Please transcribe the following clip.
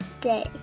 Day